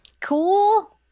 cool